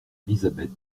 elisabeth